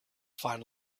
find